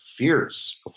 fierce